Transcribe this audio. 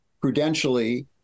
prudentially